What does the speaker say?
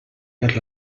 per